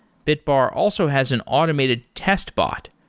bitbar also has an automated test bot,